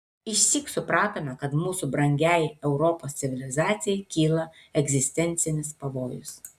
išsyk supratome kad mūsų brangiai europos civilizacijai kyla egzistencinis pavojus